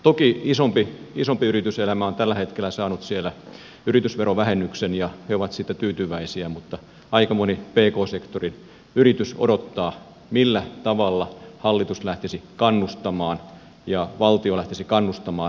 toki isompi yrityselämä on tällä hetkellä saanut siellä yritysverovähennyksen ja siellä ollaan sitten tyytyväisiä mutta aika moni pk sektorin yritys odottaa millä tavalla hallitus lähtisi kannustamaan ja valtio lähtisi kannustamaan toimia